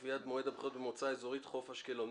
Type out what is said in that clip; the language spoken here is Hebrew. להתייעצות בדבר קביעת מועד הבחירות במועצה האזורית חוף אשקלון.